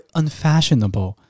unfashionable